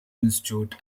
institute